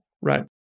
right